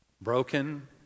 Broken